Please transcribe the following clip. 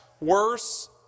worse